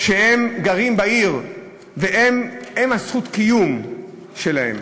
שהם גרים בעיר והם זכות הקיום שלה.